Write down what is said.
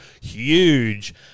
huge